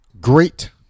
great